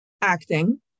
acting